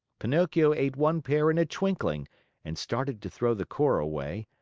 pinocchio ate one pear in a twinkling and started to throw the core away,